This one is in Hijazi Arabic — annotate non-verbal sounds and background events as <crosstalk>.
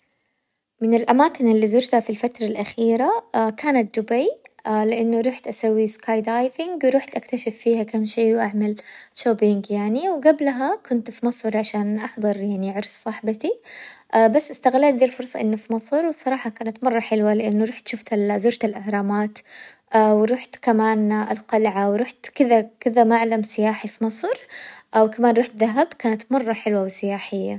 من الأماكن اللي زورتها الفترة الأخيرة <hesitation> كانت دبي <hesitation> لأنه روحت أسوي سكاي دايفنج وروحت أكتشف فيها كم شي وأعمل شوبينج يعني، وقبلها كنت في مصر عشان أحضر ريني عرس صاحبتي <hesitation> بس استغليت ذي الفرصة إنه في مصر الصراحة كانت مرة حلوة، لأنه روحت شوفت ال- زورت الأهرامات، <hesitation> وروحت كمان القلعة وروحت كذا كذا معلم سياحي في مصر <hesitation> وكمان روحت دهب كانت مرة حلوة وسياحية.